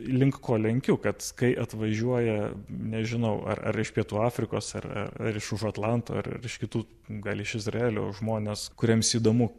link ko lenkiu kad kai atvažiuoja nežinau ar ar iš pietų afrikos ar ar iš už atlanto ar iš kitų gal iš izraelio žmonės kuriems įdomu